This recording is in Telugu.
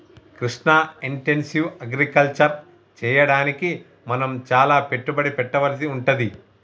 కృష్ణ ఇంటెన్సివ్ అగ్రికల్చర్ చెయ్యడానికి మనం చాల పెట్టుబడి పెట్టవలసి వుంటది